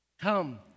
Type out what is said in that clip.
Come